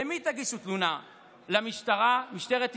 למי תגישו תלונה, למשטרה, משטרת ישראל,